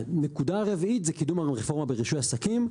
הנקודה הרביעית זה קידום הרפורמה ברישוי עסקים,